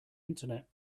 internet